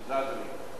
תודה, אדוני.